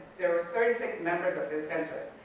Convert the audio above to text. there were thirty six members of this center,